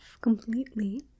completely